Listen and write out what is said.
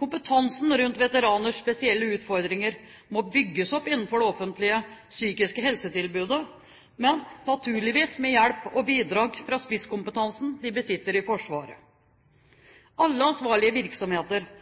Kompetansen rundt veteraners spesielle utfordringer må bygges opp innenfor det offentlige psykiske helsetilbudet, men naturligvis med hjelp og bidrag fra spisskompetansen de besitter i Forsvaret. Alle ansvarlige virksomheter